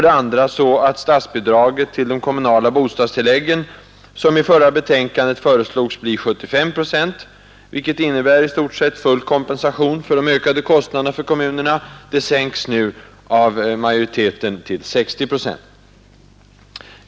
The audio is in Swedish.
Statsbidraget till de kommunala bostadstilläggen, som i förra betänkandet föreslogs bli 75 procent, vilket innebär i stort sett full kompensation för de ökade kostnaderna för kommunerna, sänks nu av majoriteten till 60 procent.